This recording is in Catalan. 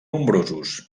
nombrosos